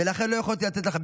ולכן לא יכולתי לתת לך.